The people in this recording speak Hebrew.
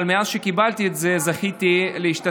אבל מאז שקיבלתי את זה, זכיתי להשתתף